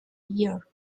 year